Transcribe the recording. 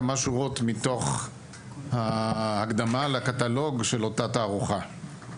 כמה שורות מתוך הקדמה לקטלוג של אותה תערוכה.